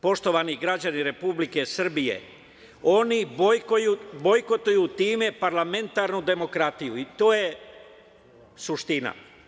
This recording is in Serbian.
Poštovani građani Republike Srbije, oni bojkotuju time parlamentarnu demokratiju i to je suština.